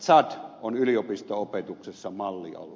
tsad on yliopisto opetuksessa mallialue